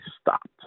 stopped